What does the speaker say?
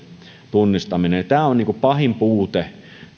tunnistaminen tämä on pahin puute